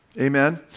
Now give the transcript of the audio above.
Amen